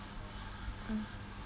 mm